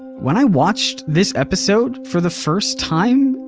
when i watched this episode for the first time,